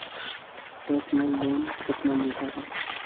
Personal loan कितना मिलता है?